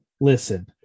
Listen